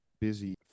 busy